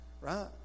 right